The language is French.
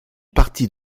partie